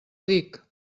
dic